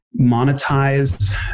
monetize